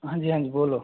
हाँ जी हाँ जी बोलो